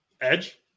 Edge